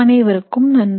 அனைவருக்கும் நன்றி